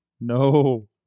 No